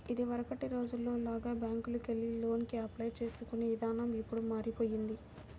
ఇదివరకటి రోజుల్లో లాగా బ్యేంకుకెళ్లి లోనుకి అప్లై చేసుకునే ఇదానం ఇప్పుడు మారిపొయ్యింది